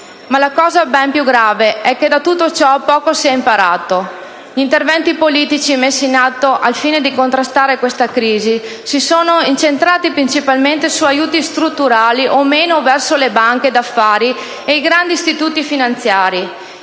La cosa ben più grave è che da tutto ciò poco si è imparato. Gli interventi politici messi in atto al fine di contrastare questa crisi si sono incentrati principalmente su aiuti strutturali o meno verso le banche d'affari e i grandi istituti finanziari